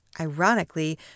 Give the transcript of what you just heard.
ironically